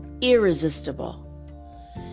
irresistible